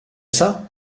ça